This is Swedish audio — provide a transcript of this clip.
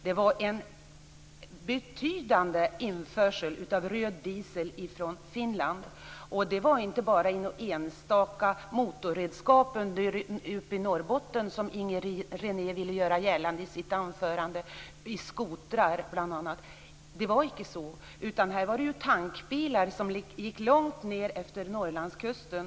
Det var en betydande införsel av röd diesel från Finland. Det gällde inte bara något enstaka motorredskap - t.ex. skotrar - i Norrbotten, som Inger René ville göra gällande i sitt anförande, utan det rörde sig om tankbilar som körde långt ned utefter Norrlandskusten.